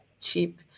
cheap